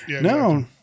No